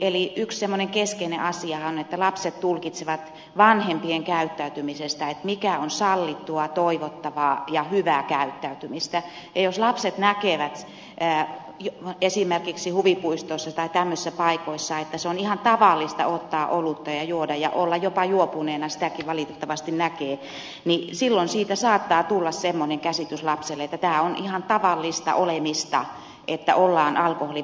eli yksi semmoinen keskeinen asia on että lapset tulkitsevat vanhempien käyttäytymisestä mikä on sallittua toivottavaa ja hyvää käyttäytymistä ja jos lapset näkevät esimerkiksi huvipuistoissa tai tämmöisissä paikoissa että on ihan tavallista ottaa olutta juoda ja olla jopa juopuneena sitäkin valitettavasti näkee niin silloin siitä saattaa tulla semmoinen käsitys lapselle että tämä on ihan tavallista olemista että ollaan alkoholin vaikutuksen alaisena